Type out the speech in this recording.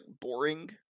boring